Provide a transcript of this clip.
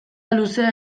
luzea